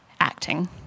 acting